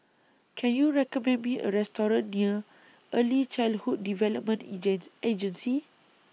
Can YOU recommend Me A Restaurant near Early Childhood Development Agent Agency